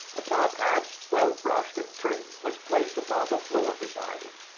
a top hat, well brushed and trim, was placed upon the floor beside him.